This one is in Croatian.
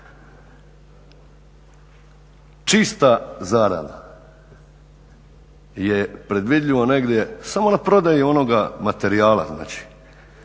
Čista zarada je predvidljivo negdje, samo na prodaji onoga materijala,